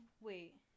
Wait